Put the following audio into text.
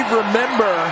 remember